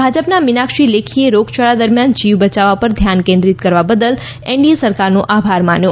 ભાજપના મીનાક્ષી લેખીએ રોગયાળા દરમિયાન જીવ બયાવવા પર ધ્યાન કેન્દ્રિત કરવા બદલ એનડીએ સરકારનો આભાર માન્યો